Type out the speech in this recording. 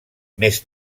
més